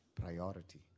priority